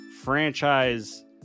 franchise